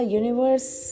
universe